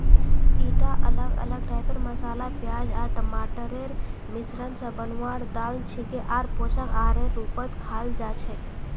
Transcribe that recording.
ईटा अलग अलग टाइपेर मसाला प्याज आर टमाटरेर मिश्रण स बनवार दाल छिके आर पोषक आहारेर रूपत खाल जा छेक